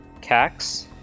Cax